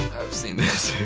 i've seen this